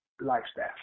lifestyle